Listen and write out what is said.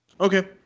Okay